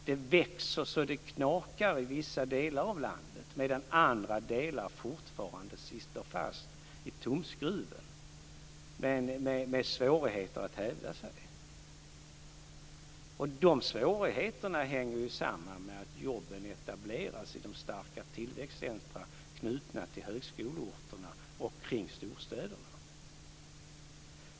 Det växer så det knakar i vissa delar av landet, medan andra delar fortfarande sitter fast i tumskruven, med svårigheter att hävda sig. De svårigheterna hänger ju samman med att jobben etableras i starka tillväxtcentrum knutna till högskoleorterna och kring storstäderna.